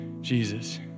Jesus